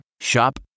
Shop